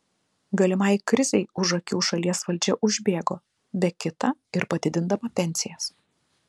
galimai krizei už akių šalies valdžia užbėgo be kita ir padidindama pensijas